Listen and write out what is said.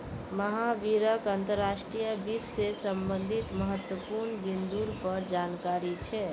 महावीरक अंतर्राष्ट्रीय वित्त से संबंधित महत्वपूर्ण बिन्दुर पर जानकारी छे